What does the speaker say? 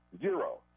Zero